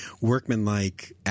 workmanlike